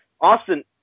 Austin